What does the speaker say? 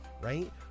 right